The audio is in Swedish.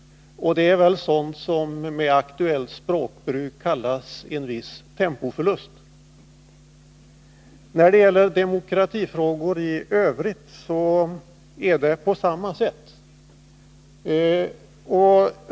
Det är sådant som med aktuellt språkbruk kallas en viss tempoförlust. När det gäller demokratifrågorna i övrigt är det på samma sätt.